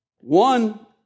one